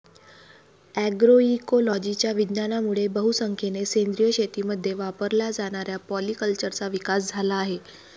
अग्रोइकोलॉजीच्या विज्ञानामुळे बहुसंख्येने सेंद्रिय शेतीमध्ये वापरल्या जाणाऱ्या पॉलीकल्चरचा विकास झाला आहे